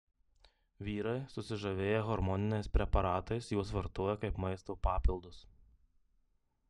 vyrai susižavėję hormoniniais preparatais juos vartoja kaip maisto papildus